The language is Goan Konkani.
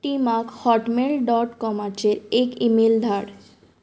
टिमाक हॉटमेल डॉट कॉमाचे एक इमेल धाड